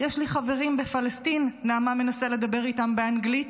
"יש לי חברים בפלסטין" נעמה מנסה לדבר איתם באנגלית.